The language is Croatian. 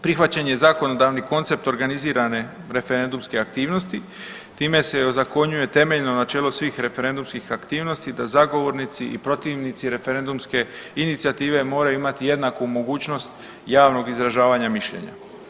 Prihvaćen je zakonodavni koncept organizirane referendumske aktivnosti, time se i ozakonjuje temeljno načelo svih referendumskih aktivnosti da zagovornici i protivnici referendumske inicijative moraju imati jednaku mogućnost javnog izražavanja mišljenja.